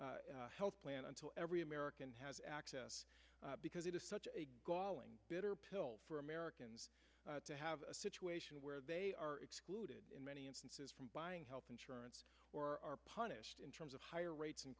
health plan until every american has access because it is such a galling bitter pill for americans to have a situation where they are excluded in many instances from buying health insurance or are punished in terms of higher rates